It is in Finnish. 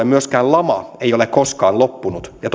myöskään lama ei ole koskaan loppunut ja